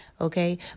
Okay